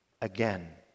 again